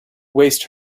waste